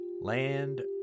land